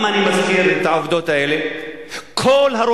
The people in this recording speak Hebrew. למה אני מזכיר את העובדות האלה?